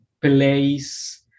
place